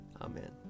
Amen